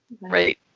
Right